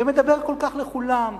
ומדבר כל כך לכולם,